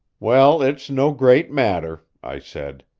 well, it's no great matter, i said.